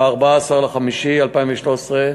ב-14 במאי 2013,